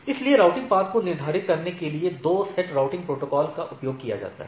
इसलिए routing path को निर्धारित करने के लिए 2 सेट राउटिंग प्रोटोकॉल के का उपयोग किया जाता है